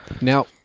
Now